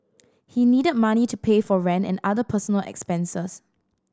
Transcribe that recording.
he needed money to pay for rent and other personal expenses